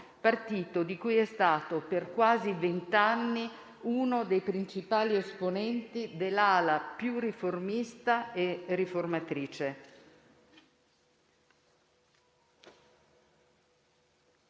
italiano, di cui è stato per quasi vent'anni uno dei principali esponenti dell'ala più riformista e riformatrice.